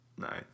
Nice